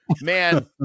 man